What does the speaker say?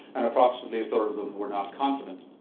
and approximately a third of them were not confident.